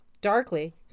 Darkly